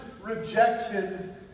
rejection